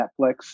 Netflix